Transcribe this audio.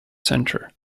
centre